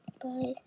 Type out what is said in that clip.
bye